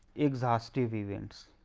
exhaustive events.